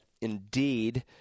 indeed